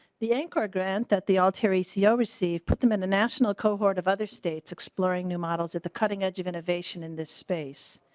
the anchor grant that the altieri ceo received put them in a national cohort of other states exploring new models at the cutting edge of innovation in this space.